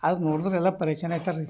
ಅದು ನೋಡಿದ್ರೆಲ್ಲ ಪರೆಶಾನ್ ಆಗ್ತಾರೆ ರೀ